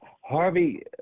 Harvey –